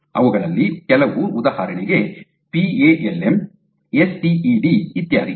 ಅವುಗಳಲ್ಲಿ ಕೆಲವು ಉದಾಹರಣೆಗೆ ಪಿ ಎ ಎಲ್ ಎಂ ಎಸ್ ಟಿ ಇ ಡಿ ಇತ್ಯಾದಿ